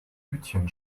hütchen